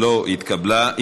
לא התקבלה.